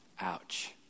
Ouch